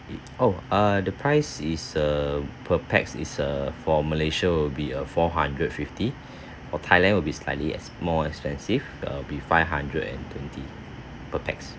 oh uh the price is err per pax is err for malaysia will be a four hundred fifty for thailand will be slightly ex~ more expensive that will be five hundred and twenty per pax